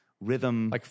rhythm